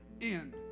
end